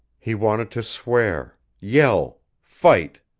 he wanted to swear yell fight.